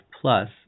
plus